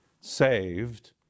saved